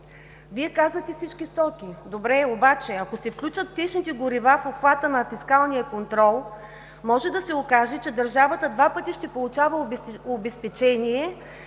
Вие казвате „всички стоки“. Добре, обаче, ако се включат течните горива в обхвата на фискалния контрол, може да се окаже, че държавата два пъти ще получава обезпечение